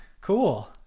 Cool